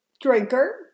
Drinker